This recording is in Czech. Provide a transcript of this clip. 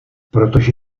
protože